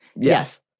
Yes